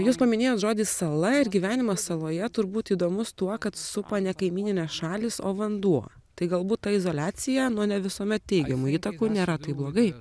jūs paminėjot žodį sala ir gyvenimas saloje turbūt įdomus tuo kad supa ne kaimyninės šalys o vanduo tai galbūt ta izoliacija nuo ne visuomet teigiamų įtakų nėra taip blogai